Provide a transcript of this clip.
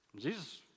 Jesus